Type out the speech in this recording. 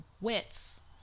wits